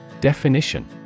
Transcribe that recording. Definition